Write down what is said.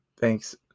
thanks